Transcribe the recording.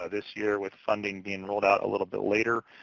ah this year with funding being rolled out a little bit later,